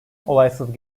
olaysız